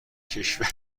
کشور